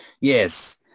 Yes